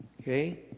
Okay